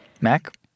Mac